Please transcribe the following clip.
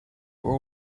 were